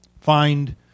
find